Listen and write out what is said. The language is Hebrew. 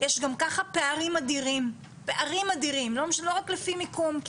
יש גם ככה פערים אדירים פערים אדירים לא רק לפי מיקום.